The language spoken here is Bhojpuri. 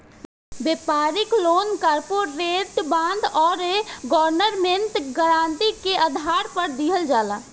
व्यापारिक लोन कॉरपोरेट बॉन्ड आउर गवर्नमेंट गारंटी के आधार पर दिहल जाला